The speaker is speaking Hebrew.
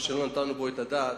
שלא נתנו עליו את הדעת.